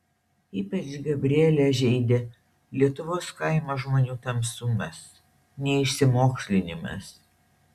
ypač gabrielę žeidė lietuvos kaimo žmonių tamsumas neišsimokslinimas